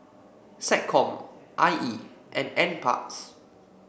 SecCom I E and NParks